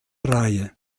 reihe